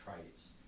traits